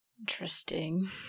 Interesting